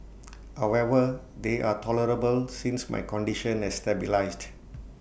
however they are tolerable since my condition has stabilised